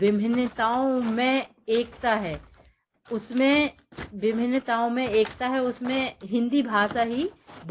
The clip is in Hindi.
विभिन्नताओं में एकता है उसमें विभिन्नताओं में एकता है उसमें हिंदी भाषा ही